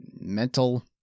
mental